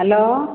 hello